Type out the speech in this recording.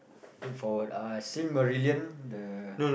look forward uh Seal-Marillion the